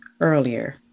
earlier